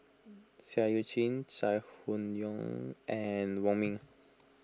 Seah Eu Chin Chai Hon Yoong and Wong Ming